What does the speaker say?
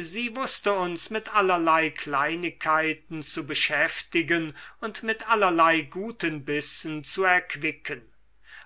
sie wußte uns mit allerlei kleinigkeiten zu beschäftigen und mit allerlei guten bissen zu erquicken